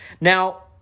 Now